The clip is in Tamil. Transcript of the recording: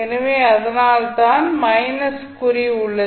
எனவே அதனால்தான் மைனஸ் குறி உள்ளது